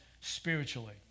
spiritually